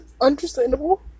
understandable